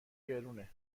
گرونه